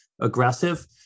aggressive